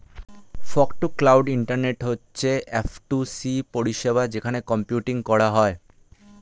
fog to cloud internet হচ্ছে F two C পরিষেবা যেখানে কম্পিউটিং করা হয়